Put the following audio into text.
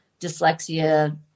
dyslexia